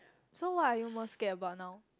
so what are you most scared about now